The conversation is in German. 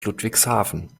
ludwigshafen